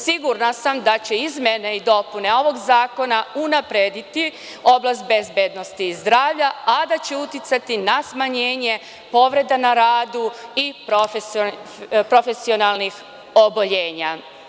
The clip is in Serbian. Sigurna sam da će izmene i dopune ovog zakona unaprediti oblast bezbednosti i zdravlja, a da će uticati na smanjenje povreda na radu i profesionalnih oboljenja.